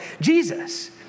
Jesus